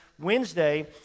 Wednesday